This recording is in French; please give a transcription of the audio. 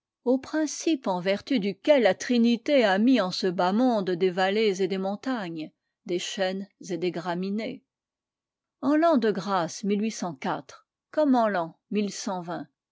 au principe en vertu duquel la trinité a mis en ce bas monde des vallées et des montagnes des chênes et des graminées et en l'an de grâce comme en tan